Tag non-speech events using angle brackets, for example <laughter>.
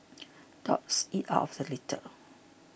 <noise> dogs eat out of the litter